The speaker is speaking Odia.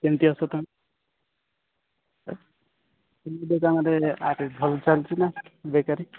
କେମିତି ଅଛ ତୁମେ ଭଲ ଚାଲୁଛି ନା ବେକାରୀ